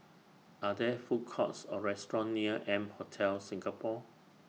Are There Food Courts Or restaurants near M Hotel Singapore